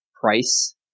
price